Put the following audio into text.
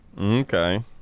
okay